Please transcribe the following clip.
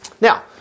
Now